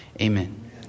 Amen